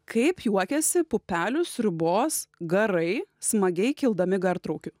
kaip juokiasi pupelių sriubos garai smagiai kildami gartraukiu